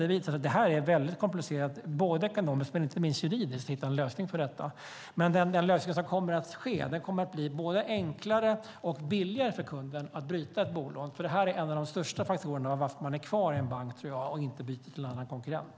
Det visar att det är väldigt komplicerat, både ekonomiskt och inte minst juridiskt, att hitta en lösning för detta. Men den lösning som kommer att presenteras kommer att göra det både enklare och billigare för kunden att byta bolag, för det här tror jag är en av de största faktorerna när det gäller varför man är kvar i en bank och inte byter till en konkurrent.